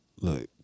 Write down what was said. Look